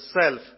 self